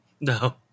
no